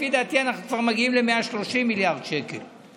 לפי דעתי אנחנו כבר מגיעים ל-130 מיליארד שקל.